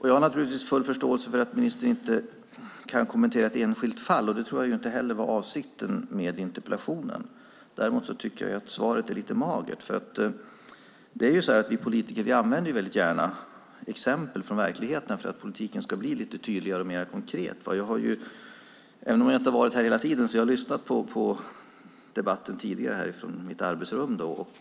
Jag har naturligtvis full förståelse för att ministern inte kan kommentera ett enskilt fall. Det tror jag inte heller var avsikten med interpellationen. Däremot tycker jag ju att svaret är lite magert. Vi politiker använder väldigt gärna exempel från verkligheten för att politiken ska bli lite tydligare och mer konkret. Jag har inte varit här hela tiden, men jag har lyssnat på debatten från mitt arbetsrum.